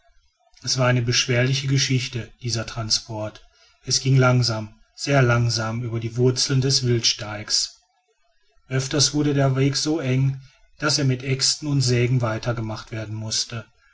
es war eine beschwerliche geschichte dieser transport es ging langsam sehr langsam über die wurzeln des wildsteiges öfters wurde der weg so eng daß er mit äxten und sägen weiter gemacht werden mußte